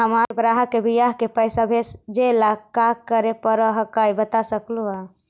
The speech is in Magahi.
हमार के बह्र के बियाह के पैसा भेजे ला की करे परो हकाई बता सकलुहा?